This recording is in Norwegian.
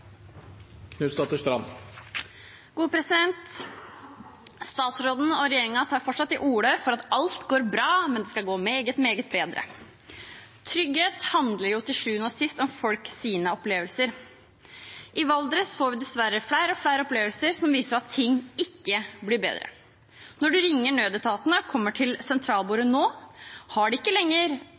Statsråden og regjeringen snakker fortsatt om at alt går bra, men det skal gå meget, meget bedre. Trygghet handler til sjuende og sist om folks opplevelser. I Valdres får vi dessverre flere og flere opplevelser som viser at ting ikke blir bedre. Når du ringer nødetatene og kommer til sentralbordet nå, har de ikke lenger